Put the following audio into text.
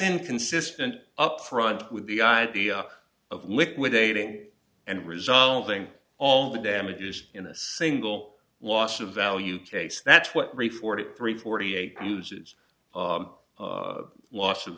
inconsistent up front with the idea of liquidating and resolving all the damages in a single loss of value case that's what ray forty three forty eight uses a loss of